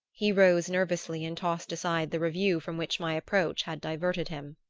he rose nervously and tossed aside the review from which my approach had diverted him.